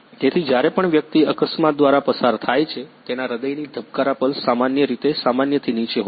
તેથી જ્યારે પણ વ્યક્તિ અકસ્માત દ્વારા પસાર થાય છે તેના હૃદયની ધબકારા પલ્સ સામાન્ય રીતે સામાન્યથી નીચે હોય છે